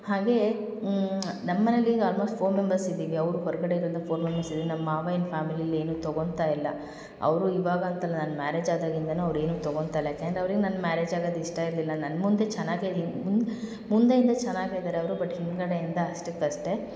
ಹಾಗೆ ನಮ್ಮ ಮನೆಯಲ್ಲಿ ಈಗ ಆಲ್ಮೋಸ್ಟ್ ಫೋರ್ ಮೆಂಬರ್ಸ್ ಇದ್ದೀವಿ ಅವರು ಹೊರಗಡೆ ಫೋರ್ ಮೆಂಬರ್ಸ್ ಇದ್ದೀವಿ ನಮ್ಮ ಮಾವ ಏನೂ ಫ್ಯಾಮಿಲಿಲಿ ಏನೂ ತಗೊತ ಇಲ್ಲ ಅವರು ಇವಾಗ ಅಂತಲ್ಲ ನಾನು ಮ್ಯಾರೇಜ್ ಆದಾಗಿನಿಂದಲೂ ಅವರು ಏನೂ ತಗೊತಾ ಇಲ್ಲ ಯಾಕಂದರೆ ಅವರಿಗೆ ನಾನು ಮ್ಯಾರೇಜ್ ಆಗೋದ್ ಇಷ್ಟ ಇರಲಿಲ್ಲ ನನ್ನ ಮುಂದೆ ಚೆನ್ನಾಗೇ ಮುಂದೆ ಮುಂದೆಯಿಂದ ಚೆನಾಗಿದಾರೆ ಅವರು ಬಟ್ ಹಿಂದುಗಡೆಯಿಂದ ಅಷ್ಟಕ್ಕಷ್ಟೇ